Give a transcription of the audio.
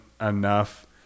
enough